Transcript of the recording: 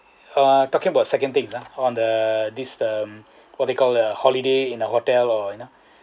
uh talking about second things ah on the this mm what they call mm holiday in a hotel or you know